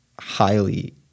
highly